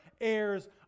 heirs